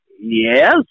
Yes